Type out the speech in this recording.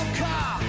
car